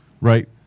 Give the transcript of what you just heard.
right